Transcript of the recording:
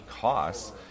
costs